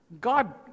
God